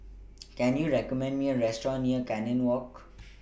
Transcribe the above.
Can YOU recommend Me A Restaurant near Canning Walk